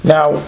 Now